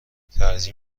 ترجیح